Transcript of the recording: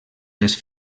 les